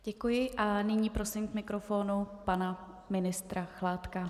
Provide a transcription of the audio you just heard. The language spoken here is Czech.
Děkuji a nyní prosím k mikrofonu pana ministra Chládka.